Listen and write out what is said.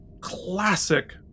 classic